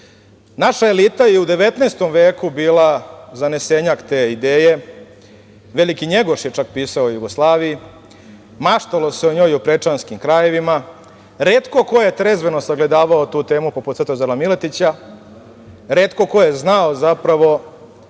elita je u 19. veku bila zanesenjak te ideje, veliki Njegoš je pisao čak o Jugoslaviji, maštalo se o njoj o prečanskim krajevima, retko ko je trezveno sagledavao tu temu poput Svetozara Miletića, retko ko je znao zapravo